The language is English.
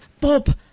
Bob